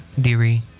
Deary